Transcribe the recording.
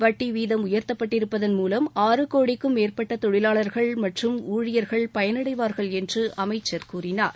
வட்டி வீதம் உயர்த்தப்பட்டிருப்பதன் மூலம் ஆறு கோடிக்கும் மேற்பட்ட தொழிலாளர்கள் மற்றும் ஊழியர்கள் பயனடைவார்கள் என்று அமைச்சர் கூறினார்